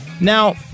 Now